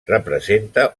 representa